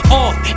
off